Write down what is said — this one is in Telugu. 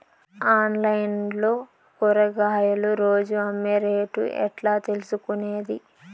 ఆన్లైన్ లో కూరగాయలు రోజు అమ్మే రేటు ఎట్లా తెలుసుకొనేది?